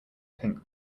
pink